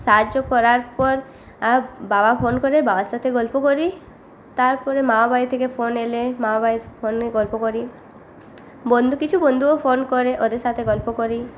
সাহায্য করার পর বাবা ফোন করে বাবার সাথে গল্প করি তারপরে মামাবাড়ি থেকে ফোন এলে মামাবাড়ি ফোনে গল্প করি বন্ধু কিছু বন্ধুও ফোন ওদের সাথে গল্প করি